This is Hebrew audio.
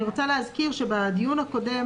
אני רוצה להזכיר שבדיון הקודם